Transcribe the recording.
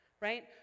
right